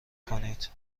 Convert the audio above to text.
کنید